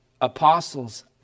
apostles